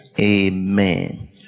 Amen